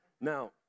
Now